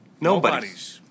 Nobody's